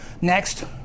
Next